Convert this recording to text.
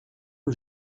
que